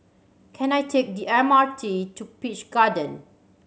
can I take the M R T to Peach Garden